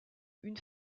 une